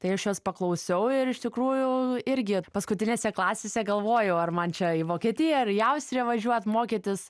tai aš jos paklausiau ar iš tikrųjų irgi paskutinėse klasėse galvojau ar man čia į vokietiją ar į austriją važiuot mokytis